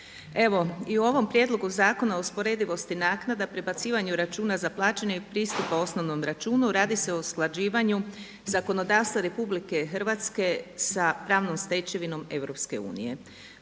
Evo i u ovom Prijedlogu zakona o usporedivosti naknada, prebacivanju računa za plaćanje i pristupu osnovnom računu radi se o usklađivanju zakonodavstva RH sa pravnom stečevinom EU.